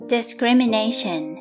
Discrimination